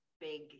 big